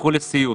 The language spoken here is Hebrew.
הפכו לסיוט.